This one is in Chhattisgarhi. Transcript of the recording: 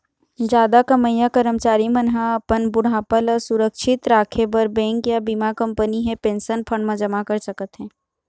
जादा कमईया करमचारी मन ह अपन बुढ़ापा ल सुरक्छित राखे बर बेंक या बीमा कंपनी हे पेंशन फंड म जमा कर सकत हे